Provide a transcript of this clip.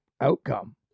outcome